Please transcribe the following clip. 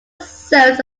serves